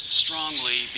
strongly